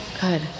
Good